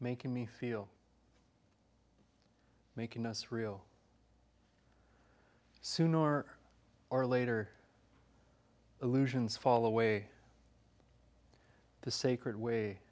making me feel making us real sooner or later illusions fall away the sacred way